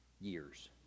years